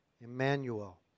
Emmanuel